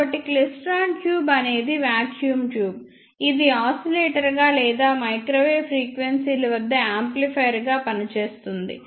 కాబట్టి klystron tube అనేది vacuum tube ఇది ఆసిలేటర్గా లేదా మైక్రోవేవ్ ఫ్రీక్వెన్సీల వద్ద యాంప్లిఫైయర్గా పనిచేస్తుంది